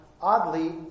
oddly